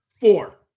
Four